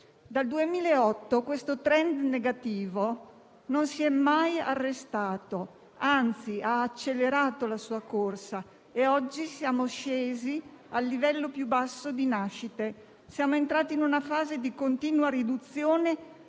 Dal 2008 questo *trend* negativo non si è mai arrestato, anzi ha accelerato la sua corsa e oggi siamo scesi al livello più basso di nascite. Siamo entrati in una fase di continua riduzione